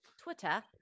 Twitter